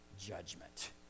judgment